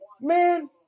Man